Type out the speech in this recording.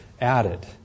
added